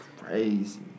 Crazy